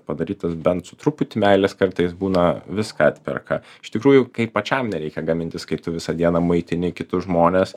padarytas bent su truputį meilės kartais būna viską atperka iš tikrųjų kaip pačiam nereikia gamintis kai tu visą dieną maitini kitus žmones